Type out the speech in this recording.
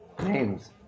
Names